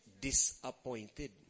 Disappointed